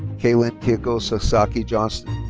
kaitlyn keiko sasaki johnston.